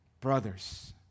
brothers